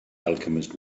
alchemist